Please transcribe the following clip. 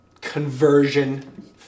conversion